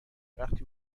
وقتی